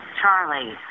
charlie